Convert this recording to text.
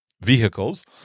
vehicles